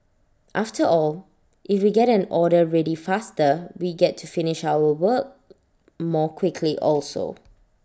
after all if we get an order ready faster we get to finish our work more quickly also